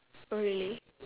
oh really